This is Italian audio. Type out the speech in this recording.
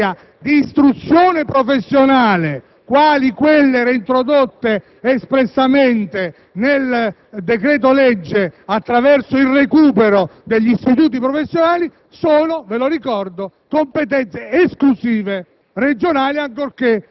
le norme in materia di istruzione professionale, quali quelle reintrodotte espressamente nel decreto‑legge attraverso il recupero degli istituti professionali. Sono ‑ ve lo ricordo ‑ competenze esclusive